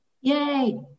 Yay